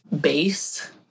base